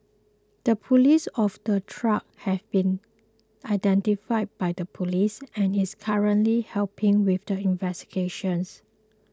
the police of the truck has been identified by the police and is currently helping with investigations